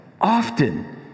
often